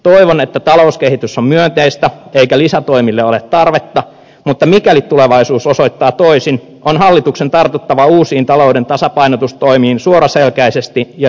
toivon että talouskehitys on myönteistä eikä lisätoimille ole tarvetta mutta mikäli tulevaisuus osoittaa toisin on hallituksen tartuttava uusiin talouden tasapainotustoimiin suoraselkäisesti ja ripeästi